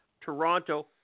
Toronto